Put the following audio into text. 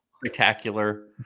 Spectacular